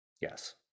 yes